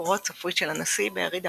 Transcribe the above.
שדיווחו על ההתנקשות במלך איטליה